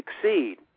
succeed